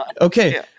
Okay